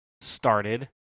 started